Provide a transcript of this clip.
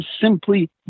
simply